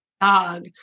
dog